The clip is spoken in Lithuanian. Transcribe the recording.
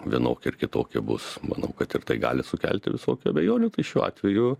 vienokie ar kitokie bus manau kad ir tai gali sukelti visokių abejonių tai šiuo atveju